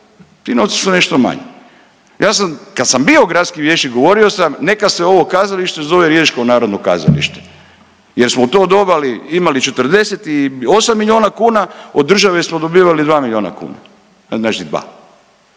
ti novci su nešto manji. Ja sam, kad sam bio gradski vijećnik govorio sam neka se ovo kazalište zove Riječko narodno kazalište jer smo u to doba imali 48 milijuna kuna, od države smo dobivali 2 milijuna kuna, znači 2,